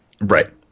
Right